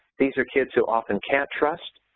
these are kids who often can't trust,